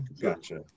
gotcha